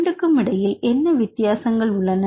இரண்டுக்கும் இடையில் என்ன வித்தியாசங்கள் உள்ளன